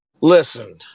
Listen